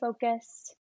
focused